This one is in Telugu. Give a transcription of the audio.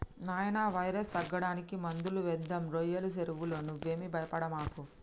నాయినా వైరస్ తగ్గడానికి మందులు వేద్దాం రోయ్యల సెరువులో నువ్వేమీ భయపడమాకు